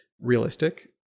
realistic